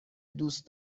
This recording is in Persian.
دوست